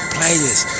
Players